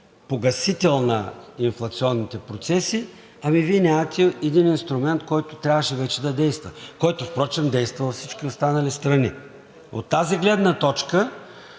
погасител на инфлационните процеси. Ами Вие нямате един инструмент, който трябваше вече да действа, който впрочем действа във всички останали страни. От тази гледна точка